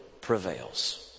prevails